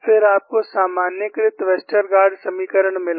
फिर आपको सामान्यीकृत वेस्टरगार्ड समीकरण मिला